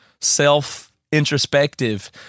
self-introspective